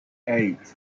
eight